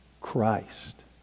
Christ